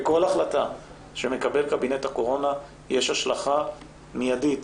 בכל החלטה שמקבל קבינט הקורונה יש השלכה מיידית,